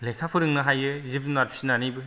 लेखा फोरोंनो हायो जिब जुनाद फिसिनानैबो